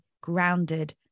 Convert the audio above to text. grounded